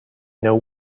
know